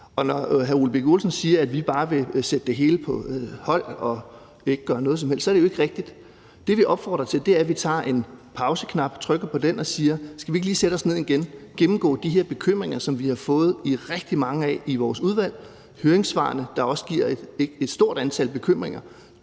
når hr. Ole Birk Olesen siger, at vi bare vil sætte det hele på hold og ikke vil gøre noget som helst, er det jo ikke rigtigt. Det, vi opfordrer til, er, at vi trykker på pauseknappen og siger: Skal vi ikke lige sætte os ned igen og gennemgå de her bekymringer, som vi har fået rigtig mange henvendelser om i vores udvalg og i høringssvarene fra et stort antal dyrlæger